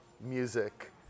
music